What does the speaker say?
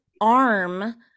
arm